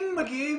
אם מגיעים